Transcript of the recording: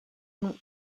mont